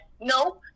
No